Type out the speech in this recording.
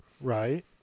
right